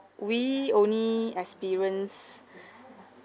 we only experience